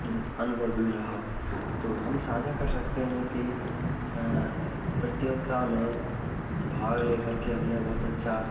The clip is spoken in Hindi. मतलब अनुभव भी रहा तो हम साझा कर रखते हैं कि प्रतियोगिता में भाग लेकर के हमने बहुत अच्छा